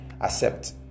accept